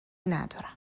ندارم